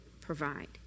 provide